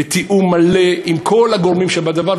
בתיאום מלא עם כל הגורמים שבדבר,